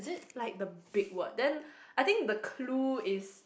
like the big word then I think the clue is